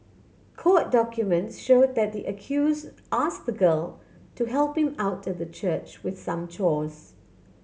court documents showed that the accused asked the girl to help him out at the church with some chores